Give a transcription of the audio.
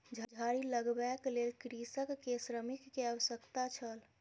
झाड़ी लगबैक लेल कृषक के श्रमिक के आवश्यकता छल